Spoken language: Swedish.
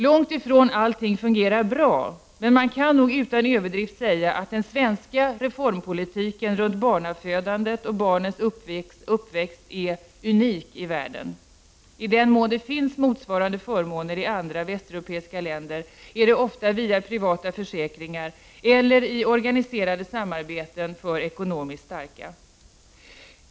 Långt ifrån allting fungerar bra, men man kan nog utan överdrift säga att den svenska reformpolitiken runt barnafödandet och barnens uppväxt är unik i världen. I den mån det finns motsvarande förmåner i andra västeuro peiska länder, är det ofta via privata försäkringar eller i organiserade samarbeten för de ekonomiskt starka.